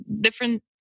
different